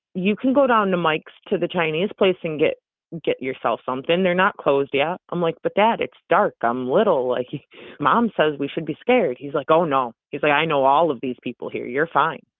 you can go down to mike's to the chinese place and get get yourself something. they're not closed yet i'm like, but dad, it's dark. i'm little. like mom says we should be scared. he's like, oh no. he's like, i know all of these people here. you're fine.